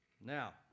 Now